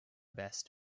best